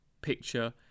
picture